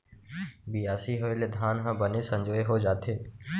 बियासी होय ले धान ह बने संजोए हो जाथे